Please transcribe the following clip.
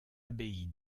abbaye